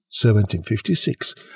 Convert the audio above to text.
1756